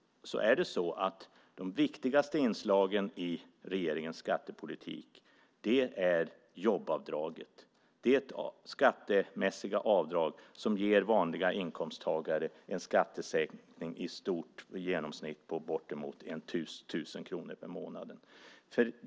De viktigaste inslagen i regeringens skattepolitik är jobbavdraget, detta skattemässiga avdrag som ger vanliga inkomsttagare en skattesänkning på uppemot tusen kronor per månad.